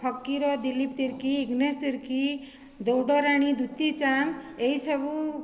ହକିର ଦିଲୀପ ତିର୍କି ଦିନେଶ ତିର୍କି ଦୌଡ଼ରାଣୀ ଦୂତୀ ଚାନ୍ଦ ଏହି ସବୁ